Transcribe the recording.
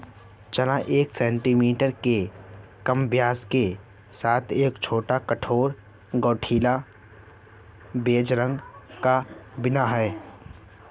चना एक सेंटीमीटर से भी कम व्यास के साथ एक छोटा, कठोर, घुंडी, बेज रंग का बीन है